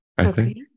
Okay